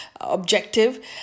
objective